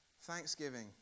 Thanksgiving